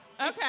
Okay